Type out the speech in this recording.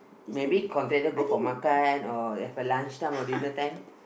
maybe contractor go for makan or that's a lunch time or dinner time